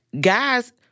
guys—